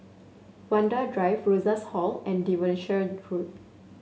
Vanda Drive Rosas Hall and Devonshire Road